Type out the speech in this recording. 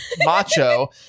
macho